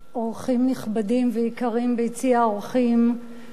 אורחים נכבדים ויקרים ביציע האורחים שנמצאים כאן לציון יום הקולנוע,